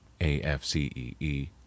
AFCEE